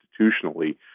institutionally